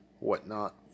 whatnot